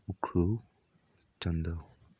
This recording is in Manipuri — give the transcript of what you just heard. ꯎꯈ꯭ꯔꯨꯜ ꯆꯥꯟꯗꯦꯜ